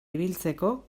ibiltzeko